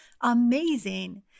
Amazing